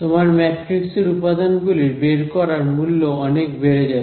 তোমার ম্যাট্রিক্স এর উপাদানগুলির বের করার মূল্য অনেক বেড়ে যাবে